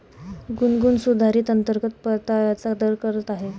गुनगुन सुधारित अंतर्गत परताव्याचा दर करत आहे